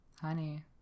Honey